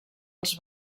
els